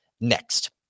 Next